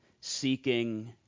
seeking